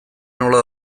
nola